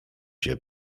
się